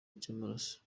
cy’amaraso